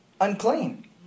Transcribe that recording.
unclean